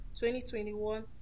2021